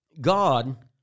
God